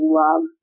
love